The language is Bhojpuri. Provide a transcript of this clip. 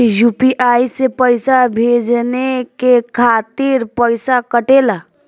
यू.पी.आई से पइसा भेजने के खातिर पईसा कटेला?